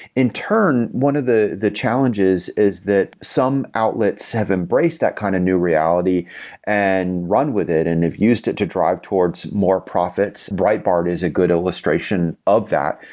in turn, one of the the challenges is that some outlets have embraced that kind of new reality and run with it and have used it to drive towards more profits. breitbart is a good illustration of that.